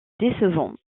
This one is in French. décevant